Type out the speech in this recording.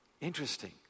Interesting